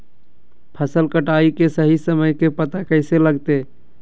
फसल कटाई के सही समय के पता कैसे लगते?